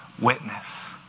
Witness